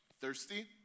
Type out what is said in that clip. thirsty